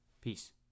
Peace